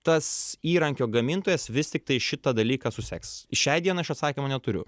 tas įrankio gamintojas vis tiktai šitą dalyką suseks šiai dienai aš atsakymo neturiu